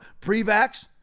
pre-vax